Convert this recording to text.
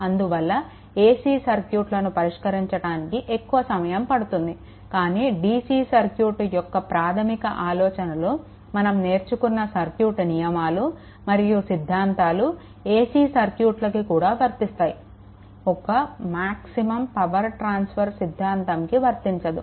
అందువల్ల ac సర్క్యూట్లను పరిష్కరించడానికి ఎక్కువ సమయం పడుతుంది కానీ dc సర్క్యూట్ యొక్క ప్రాధమిక ఆలోచనలు మనం నేర్చుకున్న సర్క్యూట్ నియమాలు మరియు సిద్ధాంతాలు ac సర్క్యూట్లకి కూడా వర్తిస్తాయి ఒక్క మాక్సిమమ్ పవర్ ట్రాన్సఫర్ సిద్ధాంతంకి వర్తించదు